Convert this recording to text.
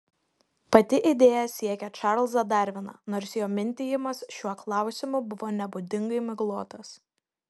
pati idėja siekia čarlzą darviną nors jo mintijimas šiuo klausimu buvo nebūdingai miglotas